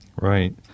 Right